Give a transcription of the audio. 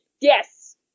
yes